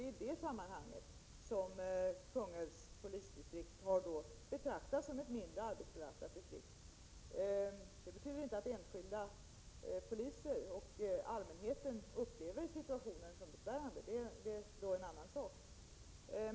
Det är i det sammanhanget som Kungälvs polisdistrikt har betraktats som ett mindre arbetsbelastat distrikt. Det betyder inte att enskilda poliser och allmänheten inte upplever situationen som besvärande. Det är en annan sak.